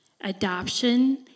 Adoption